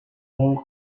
all